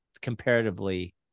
comparatively